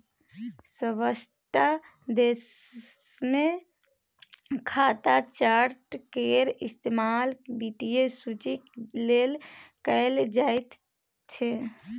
सभटा देशमे खाता चार्ट केर इस्तेमाल वित्तीय सूचीक लेल कैल जाइत छै